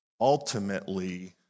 ultimately